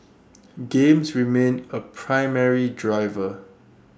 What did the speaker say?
games remain A primary driver